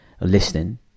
listening